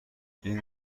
این